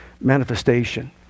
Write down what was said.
manifestation